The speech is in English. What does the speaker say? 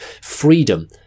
freedom